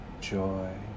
joy